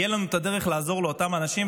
תהיה לנו את הדרך לעזור לאותם אנשים.